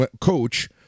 coach